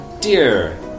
Dear